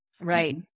Right